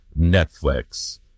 Netflix